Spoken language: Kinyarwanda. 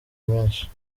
menshi